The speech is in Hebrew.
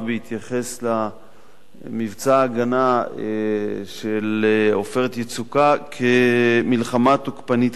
בהתייחס למבצע ההגנה של "עופרת יצוקה" כ"מלחמה תוקפנית",